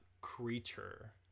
Creature